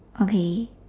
okay